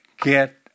get